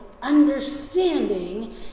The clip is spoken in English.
understanding